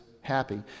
happy